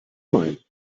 mein